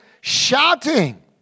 shouting